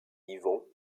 yvon